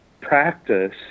practice